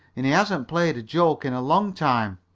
and he hasn't played a joke in a long time.